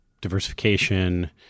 diversification